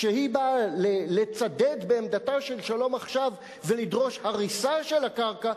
כשהיא באה לצדד בעמדתה של "שלום עכשיו" ולדרוש הריסה של הקרקע,